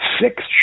six